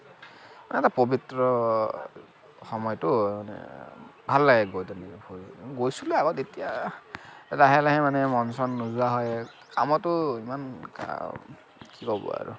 এটা পবিত্ৰ সময়তো মানে ভাল লাগে গৈ তেনেকে ফুৰি গৈছিলো আগত এতিয়া লাহে লাহে মানে মন চন নোযোৱা হৈ কামতো ইমান কাম কি ক'ব আৰু